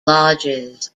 lodges